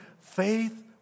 Faith